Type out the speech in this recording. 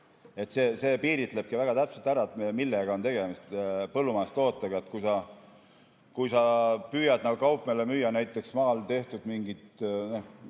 See piiritleb väga täpselt ära, millega on tegemist – põllumajandustootega. Sa võid püüda kaupmehele müüa näiteks maal tehtud mingit,